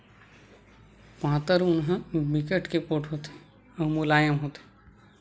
पातर ऊन ह बिकट के पोठ होथे अउ मुलायम होथे